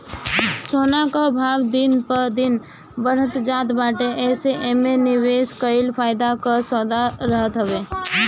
सोना कअ भाव दिन प दिन बढ़ते जात बाटे जेसे एमे निवेश कईल फायदा कअ सौदा रहत हवे